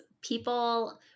People